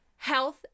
Health